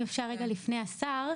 אם אפשר רגע לפני השר,